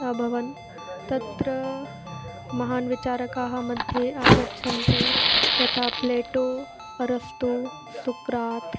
अभवन् तत्र महान् विचारकाणां मध्ये आगच्छन्ति यथा प्लेटो अरस्तु सुक्रात्